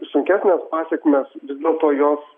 sunkesnės pasekmės vis dėlto jos